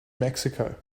mexico